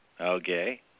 Okay